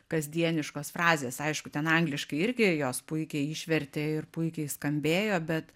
kasdieniškos frazės aišku ten angliškai irgi jos puikiai išvertė ir puikiai skambėjo bet